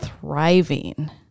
thriving